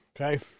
Okay